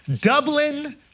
Dublin